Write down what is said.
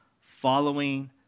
following